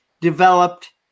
developed